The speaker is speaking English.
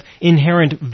inherent